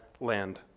land